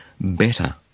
better